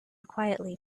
quietly